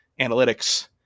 analytics